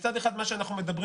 מצד אחד מה שאנחנו מדברים,